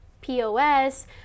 POS